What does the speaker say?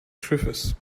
schiffes